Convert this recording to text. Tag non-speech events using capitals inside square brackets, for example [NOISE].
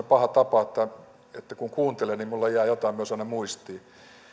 [UNINTELLIGIBLE] paha tapa että kun kuuntelen niin minulla myös jää jotain aina muistiin